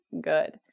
good